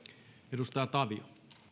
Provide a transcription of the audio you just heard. herra